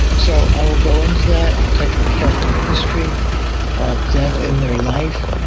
so i will go into that, i'll take a careful history of death in their life.